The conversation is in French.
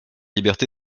liberté